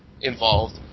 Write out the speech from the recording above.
involved